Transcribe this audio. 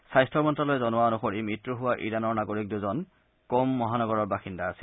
স্বাস্থ্য মন্তালয়ে জনোৱা অনুসৰি মৃত্যু হোৱা ইৰানৰ নাগৰিক দুজন ক'ম মহানগৰৰ বাসিন্দা আছিল